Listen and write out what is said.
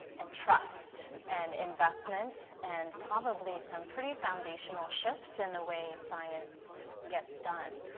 and trust. an investment and probably some pretty foundational shifts in the way science gets done.